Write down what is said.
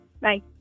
Bye